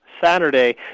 saturday